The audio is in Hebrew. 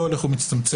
לא הולך ומצטמצם.